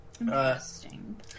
Interesting